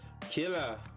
Killer